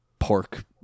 pork